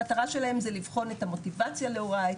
המטרה שלהם זה לבחון את המוטיבציה להוראה,